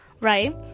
right